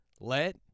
Let